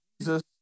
Jesus